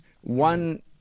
One